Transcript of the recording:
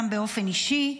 גם באופן אישי,